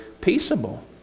peaceable